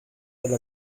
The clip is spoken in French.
elle